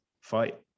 fight